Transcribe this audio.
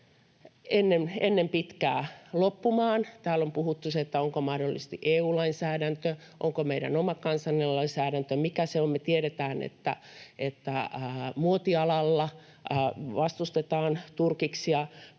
ennen pitkää loppumaan. Täällä on puhuttu, onko mahdollisesti EU-lainsäädäntö, onko meidän oma kansallinen lainsäädäntö vai mikä se on. Me tiedetään, että muotialalla vastustetaan turkiksia.